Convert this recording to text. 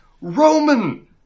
Roman